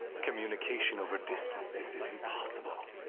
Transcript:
communication over distances is impossible.